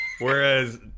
Whereas